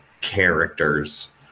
characters